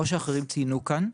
כמו שאחרים ציינו כאן,